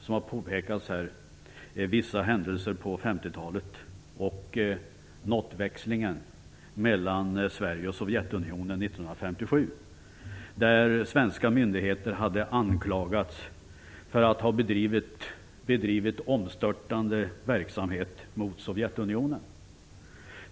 Som påpekats här gjorde Carl Bildt då uttalanden om bl.a. Sverige och Sovjetunionen 1957, där svenska myndigheter hade anklagats för att ha bedrivit omstörtande verksamhet mot Sovjetunionen.